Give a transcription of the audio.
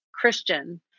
Christian